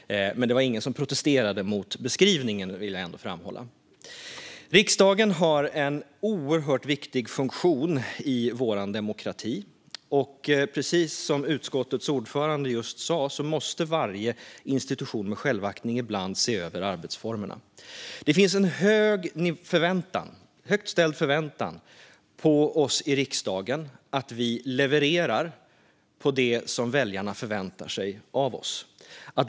Det var ingen som protesterade mot beskrivningen, vill jag ändå framhålla. Riksdagen har en oerhört viktig funktion i vår demokrati. Precis som utskottets ordförande just sa måste varje institution med självaktning ibland se över arbetsformerna. Det finns en högt ställd förväntan på oss i riksdagen. Vi ska leverera det som väljarna förväntar sig av oss.